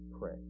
pray